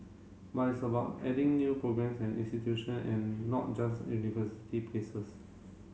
but it's about adding new programmes and institution and not just university places